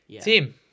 team